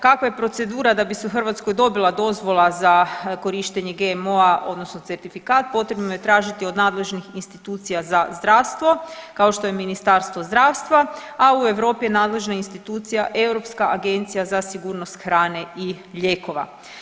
Kakva je procedura da bi se u Hrvatskoj dobila dozvola za korištenje GMO-a odnosno certifikat potrebno je tražiti od nadležnih institucija za zdravstvo kao što je Ministarstvo zdravstva, a u Europi je nadležna institucija Europska agencija za sigurnost hrane i lijekova.